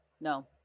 no